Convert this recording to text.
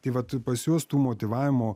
tai vat pas juos tų motyvavimo